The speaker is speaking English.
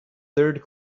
third